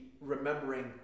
remembering